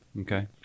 Okay